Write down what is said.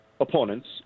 opponents